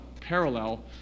parallel